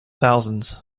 thousands